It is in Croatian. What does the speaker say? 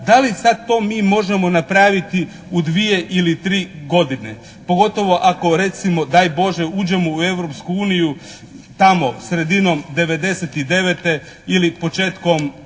Da li sad to mi možemo napraviti u dvije ili tri godine, pogotovo ako recimo daj Bože uđemo u Europsku uniju, tamo sredinom '99. ili početkom,